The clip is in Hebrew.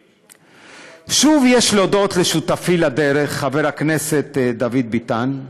שוב, יש להודות לשותפי לדרך, חבר הכנסת דוד ביטן.